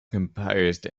composed